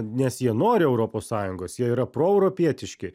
nes jie nori europos sąjungos jie yra proeuropietiški